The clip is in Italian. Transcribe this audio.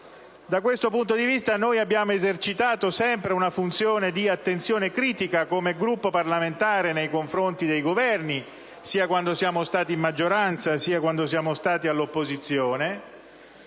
Da questo punto di vista abbiamo esercitato sempre una funzione di attenzione critica come Gruppo parlamentare nei confronti dei Governi sia quando siamo stati maggioranza sia quando siamo stati all'opposizione,